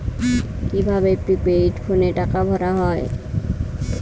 কি ভাবে প্রিপেইড ফোনে টাকা ভরা হয়?